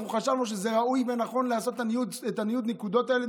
אנחנו חשבנו שזה ראוי ונכון לעשות את ניוד הנקודות הזה,